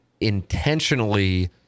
intentionally